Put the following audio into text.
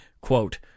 quote